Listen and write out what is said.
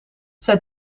zij